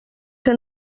que